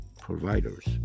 providers